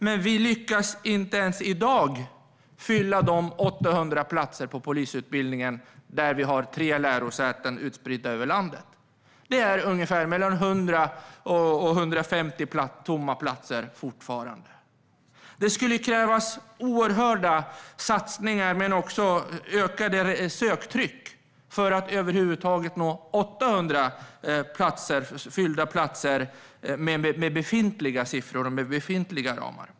Men vi lyckas inte ens i dag fylla de 800 platserna på polisutbildningen, med tre lärosäten utspridda över landet. Det finns fortfarande mellan 100 och 150 tomma platser. Det skulle krävas oerhörda satsningar men också ett ökat söktryck för att nå 800 fyllda platser inom befintliga ramar.